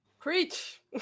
Preach